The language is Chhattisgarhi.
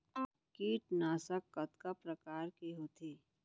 कीटनाशक कतका प्रकार के होथे?